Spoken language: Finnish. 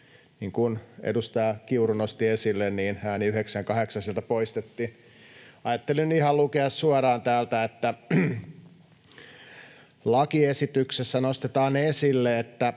kuin edustaja Kiuru nosti esille, äänin 9—8 sieltä poistettiin. Ajattelin ihan lukea suoraan täältä: lakiesityksessä nostetaan esille, että